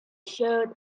showed